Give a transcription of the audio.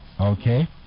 Okay